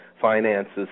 finances